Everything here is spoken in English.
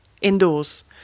indoors